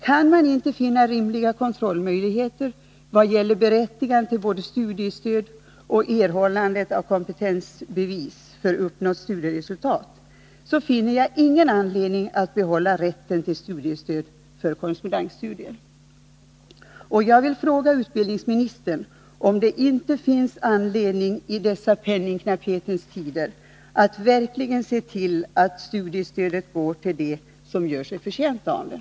Kan man inte finna rimliga kontrollmöjligheter i vad gäller berättigande till både studiestöd och erhållande av kompetensbevis för uppnått studieresultat, finner jag ingen anledning att behålla rätten till studiestöd för korrespondensstudier. Jag vill fråga utbildningsministern om det inte i dessa penningknapphetens tider finns anledning att verkligen se till att studiestödet går till dem som gör sig förtjänta av det.